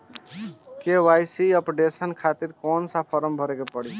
KYC updation के खातिर कौन सा फारम भरे के पड़ी?